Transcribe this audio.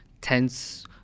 tense